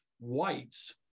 whites